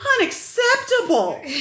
unacceptable